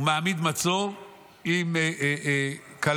הוא מעמיד מצור עם קלעים,